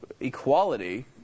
equality